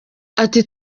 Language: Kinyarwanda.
ati